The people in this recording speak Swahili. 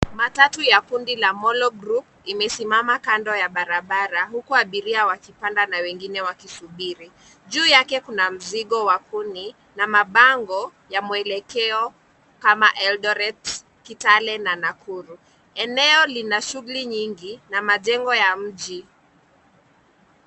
Matatu ya kundi la Mollo Group imesimama kando ya barabara, huku abiria wakipanda na wengine wakisubiri. Juu yake, mzigo wa kuni na mabango ya mwelekeo kama Eldoret, Kitale na Nakuru. Eneo lina shughuli nyingi na majengo ya mji.